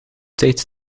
tijd